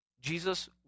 Jesus